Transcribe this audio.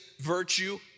virtue